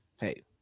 Hey